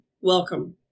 welcome